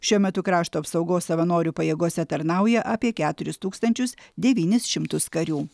šiuo metu krašto apsaugos savanorių pajėgose tarnauja apie keturis tūkstančius devynis šimtus karių